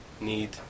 need